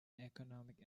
economic